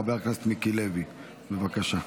חבר הכנסת מיקי לוי, בבקשה.